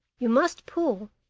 you must pull,